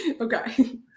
Okay